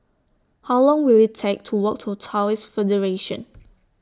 How Long Will IT Take to Walk to Taoist Federation